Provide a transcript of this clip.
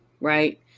right